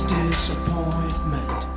disappointment